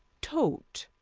tote,